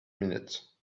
minutes